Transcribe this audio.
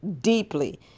deeply